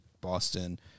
Boston